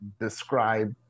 describe